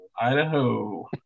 Idaho